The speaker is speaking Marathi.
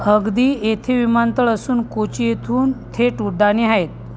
अगती येथे विमानतळ असून कोची येथून थेट उड्डाणे आहेत